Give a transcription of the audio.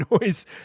noise